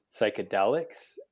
psychedelics